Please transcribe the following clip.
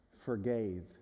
forgave